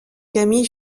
camille